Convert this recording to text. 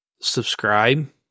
subscribe